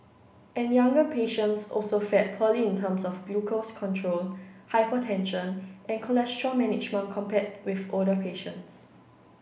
and younger patients also fared poorly in terms of glucose control hypertension and cholesterol management compared with older patients